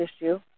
issue